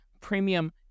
Premium